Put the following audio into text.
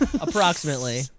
Approximately